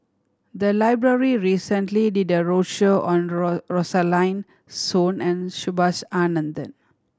the library recently did a roadshow on Rosaline Soon and Subhas Anandan